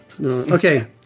Okay